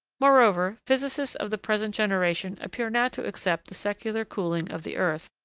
moreover, physicists of the present generation appear now to accept the secular cooling of the earth,